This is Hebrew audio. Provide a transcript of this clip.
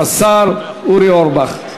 השר אורי אורבך.